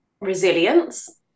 resilience